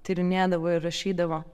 tyrinėdavo ir rašydavo